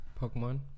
Pokemon